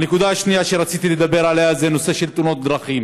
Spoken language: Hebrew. הנקודה השנייה שרציתי לדבר עליה זה הנושא של תאונות הדרכים,